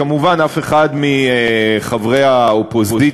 כמובן, אף אחד מחברי האופוזיציה,